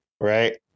right